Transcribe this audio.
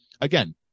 Again